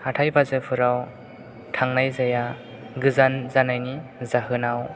हाथाइ बाजारफोराव थांनाय जाया गोजान जानायनि जाहोनाव